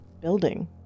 building